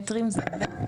מטרים זה הרבה.